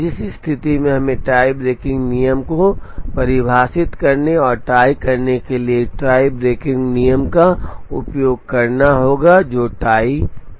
जिस स्थिति में हमें टाई ब्रेकिंग नियम को परिभाषित करने और टाई करने के लिए टाई ब्रेकिंग नियम का उपयोग करना होगा जो टाई में हैं